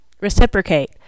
Reciprocate